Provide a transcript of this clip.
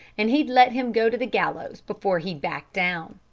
and he'd let him go to the gallows before he'd back down.